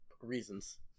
reasons